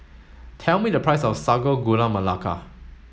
tell me the price of Sago Gula Melaka